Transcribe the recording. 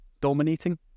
dominating